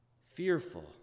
Fearful